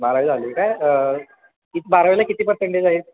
बारावी झाले काय बारावीला किती पर्सेंटेज आहेत